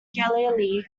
galilee